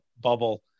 bubble